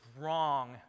wrong